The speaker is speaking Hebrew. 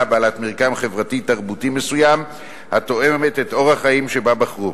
בעלת מרקם חברתי-תרבותי מסוים התואמת את אורח החיים שבו בחרו,